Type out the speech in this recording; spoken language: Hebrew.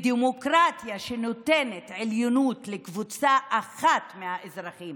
דמוקרטיה שנותנת עליונות לקבוצה אחת מהאזרחים